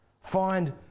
Find